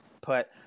put